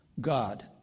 God